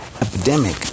epidemic